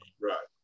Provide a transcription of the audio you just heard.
right